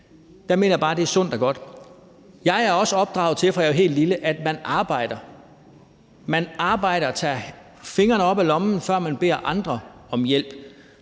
Der mener jeg bare, at det er sundt og godt. Jeg er også opdraget til, fra jeg var helt lille, at man arbejder. Man arbejder og tager fingrene op af lommen, før man beder andre om hjælp.